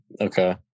Okay